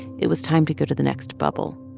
it was time to go to the next bubble.